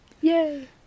Yay